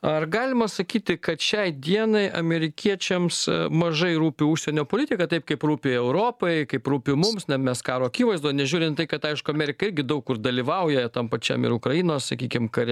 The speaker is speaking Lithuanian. ar galima sakyti kad šiai dienai amerikiečiams mažai rūpi užsienio politika taip kaip rūpi europai kaip rūpi mums na mes karo akivaizdoj nežiūrint tai kad aišku amerika irgi daug kur dalyvauja tam pačiam ir ukrainos sakykim kare